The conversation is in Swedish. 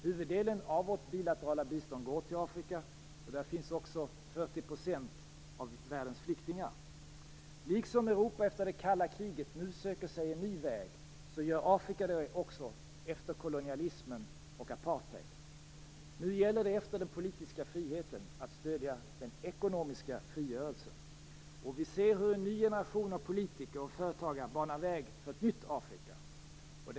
Huvuddelen av vårt bilaterala bistånd går till Afrika. Där finns också 40 % av världens flyktingar. Liksom Europa efter det kalla kriget nu söker sig en ny väg, gör Afrika det också efter kolonialismen och apartheid. Nu när den politiska friheten har uppnåtts gäller det att stödja den ekonomiska frigörelsen. Vi ser hur en ny generation av politiker och företagare banar väg för ett nytt Afrika.